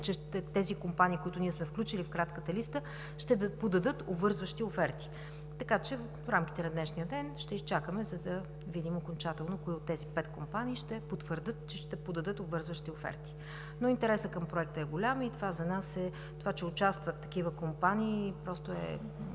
че тези компании, които ние сме включили в кратката листа, ще подадат обвързващи оферти. В рамките на днешния ден ще изчакаме, за да видим окончателно кои от тези пет компании ще потвърдят, че ще подадат обвързващи оферти. Интересът към проекта е голям и това, че участват такива компании, е